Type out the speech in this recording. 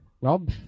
Rob